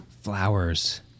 flowers